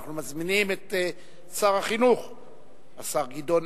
אנחנו מזמינים את שר החינוך, השר גדעון